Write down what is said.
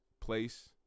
place